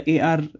AR